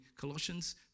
Colossians